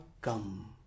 come